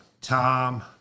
tom